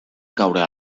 caure